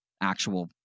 actual